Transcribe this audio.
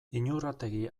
iñurrategi